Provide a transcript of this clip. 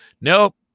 Nope